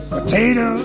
Potato